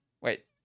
Wait